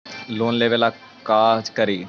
Loan लेबे ला का करि?